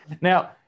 Now